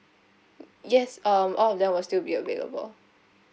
yes um all of them will still be available